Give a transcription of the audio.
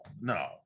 no